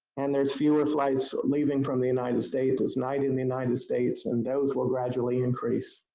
and there's fewer flights leaving from the united states, it's night in the united states, and those will gradually increase.